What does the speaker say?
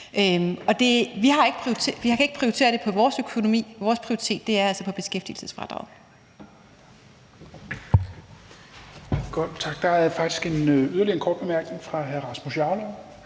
ikke kunnet prioritere det i vores økonomi – vores prioritet er altså beskæftigelsesfradraget.